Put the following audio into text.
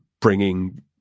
bringing